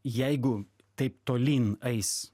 jeigu taip tolyn eis